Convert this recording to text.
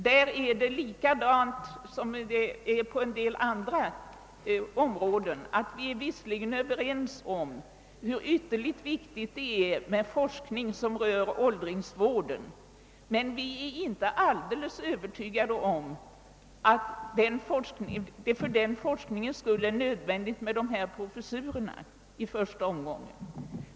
Det förhåller sig på detta område som på en del andra, nämligen att vi visserligen är överens om hur ytterligt viktig forskningen inom åldringsvården är men inte är alldeles övertygade om att det för denna forskning i första omgången är nödvändigt med de föreslagna professurerna.